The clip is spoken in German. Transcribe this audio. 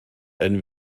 ein